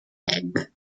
leg